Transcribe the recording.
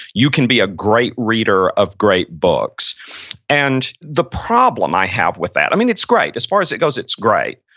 you can be a great reader of great books and the problem i have with that, i mean it's great. as far as it goes, it's great.